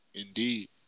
indeed